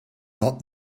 not